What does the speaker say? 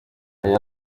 aya